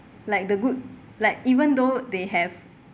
like the good like even though they have